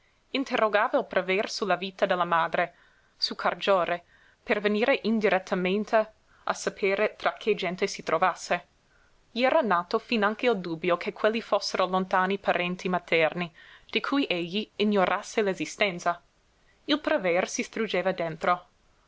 prever su la vita della madre su cargiore per venire indirettamente a sapere tra che gente si trovasse gli era nato finanche il dubbio che quelli fossero lontani parenti materni di cui egli ignorasse l'esistenza il prever si struggeva dentro